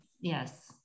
yes